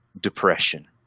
depression